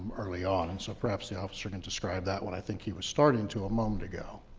um early on. and so perhaps the officer can describe that, what i think he was starting to a moment ago.